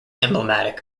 emblematic